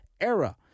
era